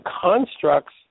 constructs